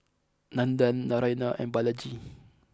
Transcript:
Nandan Naraina and Balaji